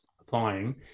applying